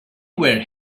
were